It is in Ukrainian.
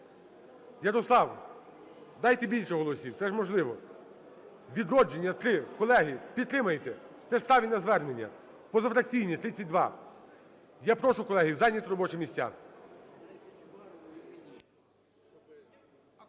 Ярослав, дайте більше голосів, це ж можливо. "Відродження" – 3. Колеги, підтримайте, це ж правильне звернення. Позафракційні – 32. Я прошу, колеги, зайняти робочі місця.